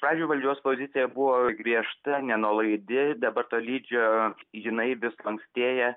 pavyzdžiui valdžios pozicija buvo griežta nenuolaidi dabar tolydžio jinai vis lankstėja